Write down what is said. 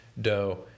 dough